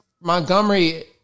Montgomery